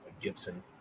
Gibson